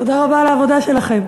תודה רבה על העבודה שלכן.